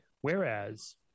Whereas